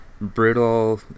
brutal